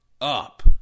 up